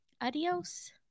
Adios